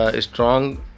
strong